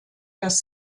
das